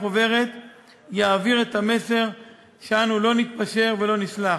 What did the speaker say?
החוברת יעביר את המסר שאנו לא נתפשר ולא נסלח.